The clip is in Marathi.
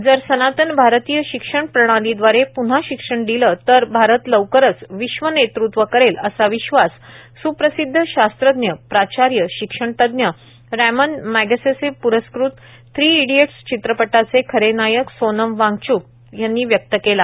जर सनातन भारतीय शिक्षण प्रणालीदवारे पृन्हा शिक्षण दिले तर भारत लवकरच विश्वनेतृत्व करेल असा विश्वास स्प्रसिद्ध शास्त्रज्ञ प्राचार्य शिक्षणतज्ञ रॅमन मॅगसेसे प्रस्कृत थ्री इडियट्स चित्रपटाचे खरे नायक सोनम वांगचूक यांनी व्यक्त केला